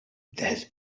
this